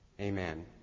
Amen